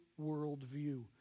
worldview